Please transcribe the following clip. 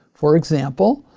for example,